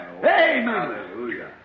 Hallelujah